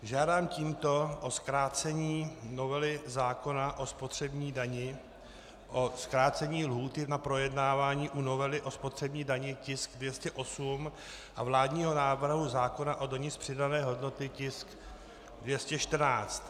Žádám tímto o zkrácení novely zákona o spotřební dani, o zkrácení lhůty na projednávání u novely o spotřební dani, tisk 208, a vládního návrhu zákona o dani z přidané hodnoty, tisk 214.